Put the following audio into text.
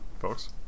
folks